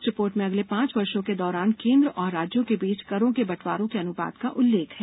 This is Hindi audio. इस रिपोर्ट में अगले पांच वर्षों के दौरान केन्द्रों और राज्यों के बीच करों के बँटवारे के अनुपात का उल्लेख है